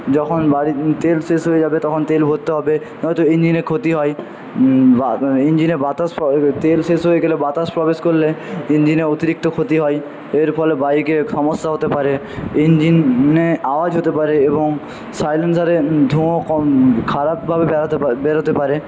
যখন গাড়ির তেল শেষ হয়ে যাবে তখন তেল ভরতে হবে নয়তো ইঞ্জিনের ক্ষতি হয় ইঞ্জিনে বাতাস তেল শেষ হয়ে গেলে বাতাস প্রবেশ করলে ইঞ্জিনের অতিরিক্ত ক্ষতি হয় এর ফলে বাইকের সমস্যা হতে পারে ইঞ্জিনে আওয়াজ হতে পারে এবং সাইলেন্সারে ধোঁয়া খারাপভাবে বেরাতে পারে বেরোতে পারে